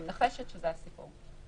אני מנחשת שזה הסיפור.